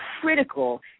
critical